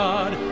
God